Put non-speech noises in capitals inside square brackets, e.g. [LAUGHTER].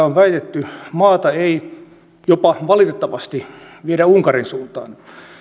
[UNINTELLIGIBLE] on väitetty maata ei jopa valitettavasti viedä unkarin suuntaan